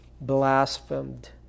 blasphemed